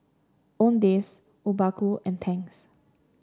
Owndays Obaku and Tangs